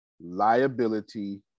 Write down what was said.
liability